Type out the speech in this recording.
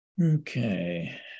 Okay